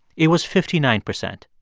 it was fifty nine percent